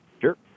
Sure